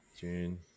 june